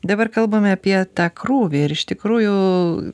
dabar kalbame apie tą krūvį ir iš tikrųjų